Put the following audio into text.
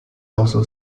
also